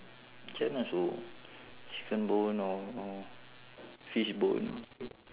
chicken bone or or fish bone